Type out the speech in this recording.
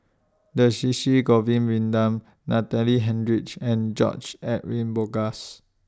Govin Winodan Natalie Hennedige and George Edwin Bogaars